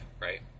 right